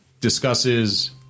discusses